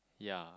yeah